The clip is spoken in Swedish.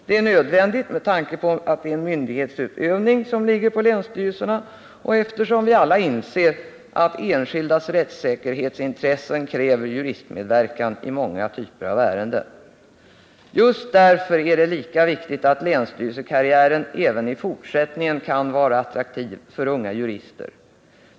Det är nödvändigt med tanke på att det är en myndighetsutövning som ligger på länsstyrelserna och eftersom vi alla inser att den enskildes rättssäkerhetsintressen kräver juristmedverkan i många typer av ärenden. Just därför är det minst lika viktigt att länsstyrelsekarriären även i fortsättningen kan vara attraktiv för unga jurister.